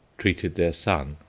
treated their son,